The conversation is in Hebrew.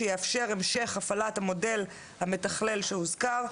שיאפשר המשך הפעלת המודל המתכלל שהוזכר.